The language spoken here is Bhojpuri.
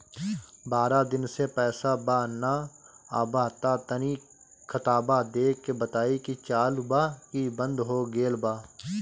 बारा दिन से पैसा बा न आबा ता तनी ख्ताबा देख के बताई की चालु बा की बंद हों गेल बा?